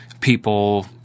people